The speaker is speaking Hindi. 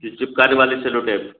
जी चिपकाने वाले सेलोटेप